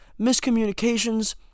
miscommunications